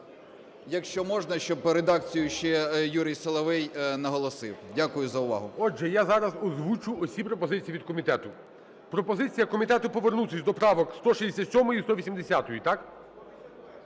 якщо можна, щоб редакцію ще Юрій Соловей наголосив. Дякую за увагу. ГОЛОВУЮЧИЙ. Отже, я зараз озвучу усі пропозиції від комітету. Пропозиція комітету: повернутись до правок 167-ї і 180-ї. Так?